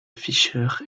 fischer